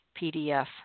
PDF